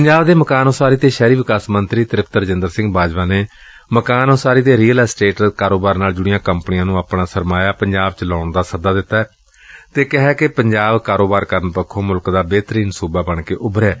ਪੰਜਾਬ ਦੇ ਮਕਾਨ ਉਸਾਰੀ ਅਤੇ ਸ਼ਹਿਰੀ ਵਿਕਾਸ ਮੰਤਰੀ ਤ੍ਰਿਪਤ ਰਜਿੰਦਰ ਸਿੰਘ ਬਾਜਵਾ ਨੇ ਮਕਾਨ ਉਸਾਰੀ ਅਤੇ ਰੀਅਲ ਐਸਟੇਟ ਕਾਰੋਬਾਰ ਨਾਲ ਜੁਤੀਆਂ ਕੰਪਨੀਆਂ ਨੂੰ ਆਪਣਾ ਸਰਮਾਇਆ ਪੰਜਾਬ ਵਿਚ ਲਾਉਣ ਦਾ ਸੱਦਾ ਦਿੰਦਿਆਂ ਕਿਹੈ ਕਿ ਪੰਜਾਬ ਕਾਰੋਬਾਰ ਕਰਨ ਪੱਥੋਂ ਮੁਲਕ ਦਾ ਸਭ ਤੋਂ ਬਿਹਤਰੀਨ ਸੁਬਾ ਬਣ ਕੇ ਉਭਰਿਐ